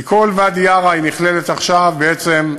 כי כל ואדי-עארה נכלל עכשיו בעצם,